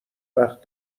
وقت